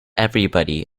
everybody